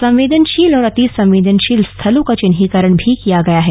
संवेदनशील और अतिसंवेदनशील स्थलों का चिह्नीकरण भी किया गया है